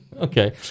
Okay